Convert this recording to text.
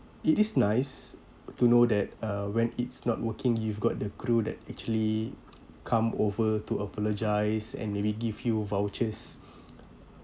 it is nice to know that uh when it's not working you've got the crew that actually come over to apologise and maybe give you vouchers